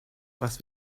was